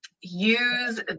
use